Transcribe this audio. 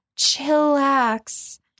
chillax